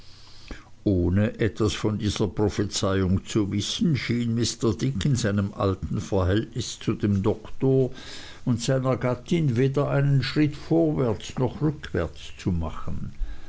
ohne etwas von dieser prophezeiung zu wissen schien mr dick in seinem alten verhältnis zu dem doktor und seiner gattin weder einen schritt vorwärts noch rückwärts zu machen